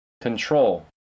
Control